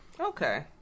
Okay